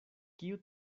kiu